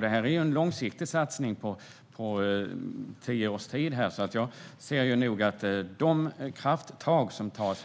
Det här är ju en långsiktig satsning på tio års tid, och jag ser nog att de krafttag som tas